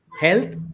health